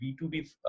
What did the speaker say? B2B